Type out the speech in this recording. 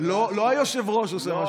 לא היושב-ראש עושה,